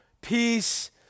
peace